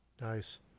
Nice